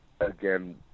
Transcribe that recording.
Again